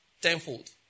tenfold